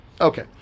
Okay